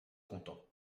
content